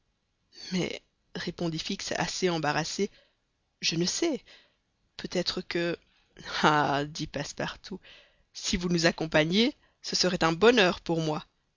mais répondit fix assez embarrassé je ne sais peut-être que ah dit passepartout si vous nous accompagniez ce serait un bonheur pour moi